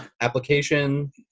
application